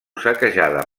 saquejada